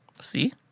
See